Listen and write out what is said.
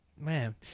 Man